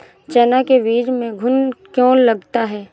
चना के बीज में घुन क्यो लगता है?